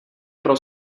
pro